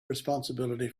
responsibility